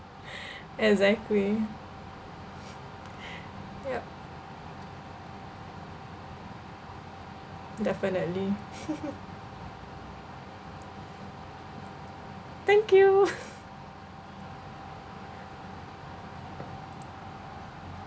exactly yup definitely thank you